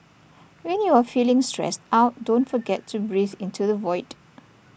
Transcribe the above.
when you are feeling stressed out don't forget to breathe into the void